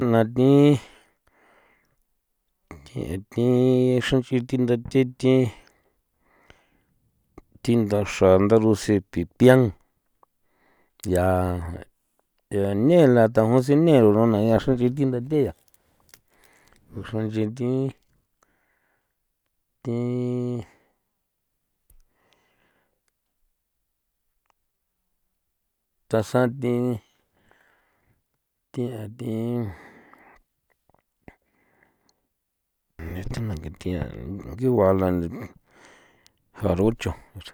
Na thin t'ethi xra nch'i nchi thi thathi thi thi nthaxraa nda rusen pipian ya lane la thajusine ruruna ya xra nch'i thi nda the ya ruxan nchi thi thi thasan thi thi a thin neta na nge thia nyu guala nchii jarucho.